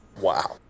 Wow